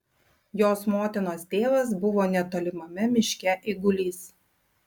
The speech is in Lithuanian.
jos motinos tėvas buvo netolimame miške eigulys